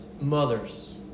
mothers